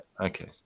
okay